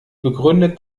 begründet